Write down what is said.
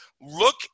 look